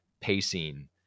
pacing